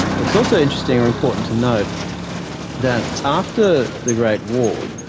it's also interesting or important to note that after the great war,